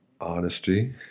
honesty